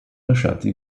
lasciati